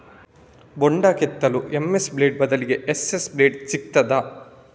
ಬೊಂಡ ಕೆತ್ತಲು MS blade ಬದ್ಲಾಗಿ ಎಸ್.ಎಸ್ ಬ್ಲೇಡ್ ಸಿಕ್ತಾದ?